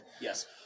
Yes